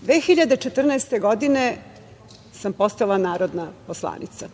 Godine 2014. sam postala narodna poslanica.